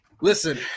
Listen